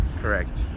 correct